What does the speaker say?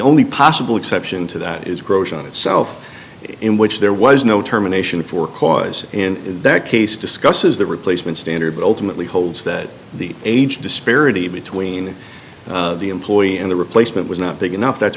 only possible exception to that is gross on itself in which there was no terminations for cause and in that case discusses the replacement standard but ultimately holds that the age disparity between the employee and the replacement was not big enough that